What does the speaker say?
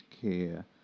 care